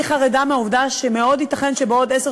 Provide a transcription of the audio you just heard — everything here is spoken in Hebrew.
אני חרדה מהעובדה שמאוד ייתכן שבעוד עשר